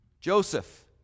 joseph